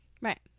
right